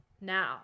Now